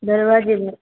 दरवाजे पर